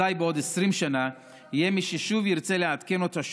אזי בעוד 20 שנה יהיה מי ששוב ירצה לעדכן אותה,